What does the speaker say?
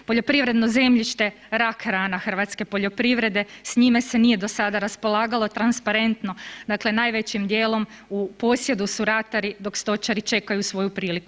Poljoprivredno zemljište rak rana hrvatske poljoprivrede, s njime se nije do sada raspolagalo transparentno, dakle najvećim dijelom u posjedu su ratari, dok stočari čekaju svoju priliku.